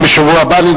גם בשבוע הבא,